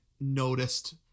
noticed